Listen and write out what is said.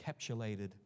encapsulated